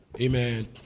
Amen